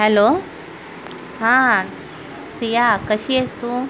hello हां सिया कशी आहेस तू